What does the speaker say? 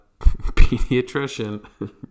pediatrician